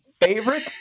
favorite